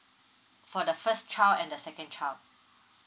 for the first child and the second child